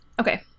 Okay